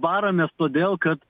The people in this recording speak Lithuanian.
baramės todėl kad